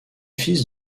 fils